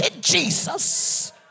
Jesus